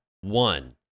one